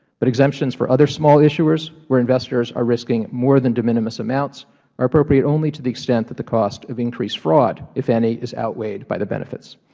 but exemptions for other small issuers where investors are risking more than de minimis amounts are appropriate only to the extent of the cost of increased fraud, if any, is outweighed by the benefits.